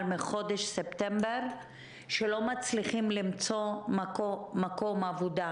מחודש ספטמבר שהם לא מצליחים למצוא מקום עבודה.